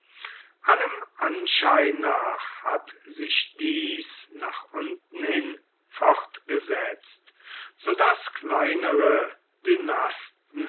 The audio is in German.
allem anschein nach hat sich dies nach unten hin fortgesetzt so daß kleinere